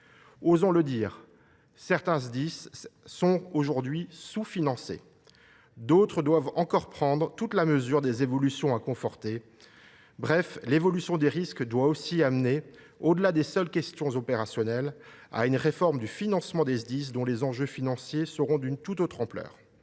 Osons le dire : certains Sdis sont aujourd’hui sous financés ; d’autres doivent encore prendre toute la mesure des évolutions à conforter ! Ainsi, l’évolution des risques doit également conduire, outre les seules questions opérationnelles, à une réforme du financement des Sdis, dont les enjeux financiers seront d’une tout autre ampleur.